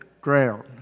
ground